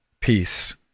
peace